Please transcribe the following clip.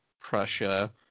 Prussia